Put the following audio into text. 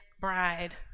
bride